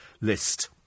list